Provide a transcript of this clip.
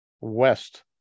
west